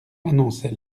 annonçait